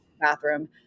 bathroom